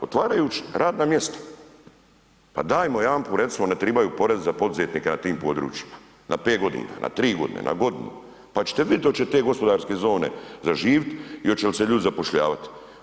Otvarajući radna mjesta, pa dajmo jedanput recimo ne tribaju porezi za poduzetnike na tim područjima, na 5 godina, na 3 godine, na godinu, pa čete vidjet oće te gospodarske zone zaživit i oće li se ljudi zapošljavati.